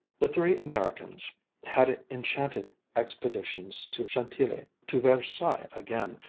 the three americans had enchanted expeditions to chantilly, to versailles again,